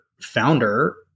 founder